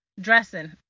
dressing